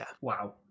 wow